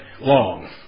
long